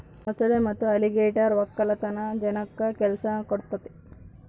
ಮೊಸಳೆ ಮತ್ತೆ ಅಲಿಗೇಟರ್ ವಕ್ಕಲತನ ಜನಕ್ಕ ಕೆಲ್ಸ ಕೊಡ್ತದೆ